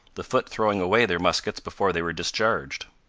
the foot throwing away their muskets before they were discharged.